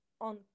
on